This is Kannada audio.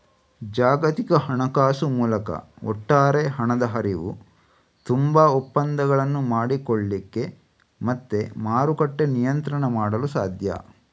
ಜಾಗತಿಕ ಹಣಕಾಸು ಮೂಲಕ ಒಟ್ಟಾರೆ ಹಣದ ಹರಿವು, ತುಂಬಾ ಒಪ್ಪಂದಗಳನ್ನು ಮಾಡಿಕೊಳ್ಳಿಕ್ಕೆ ಮತ್ತೆ ಮಾರುಕಟ್ಟೆ ನಿಯಂತ್ರಣ ಮಾಡಲು ಸಾಧ್ಯ